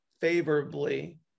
favorably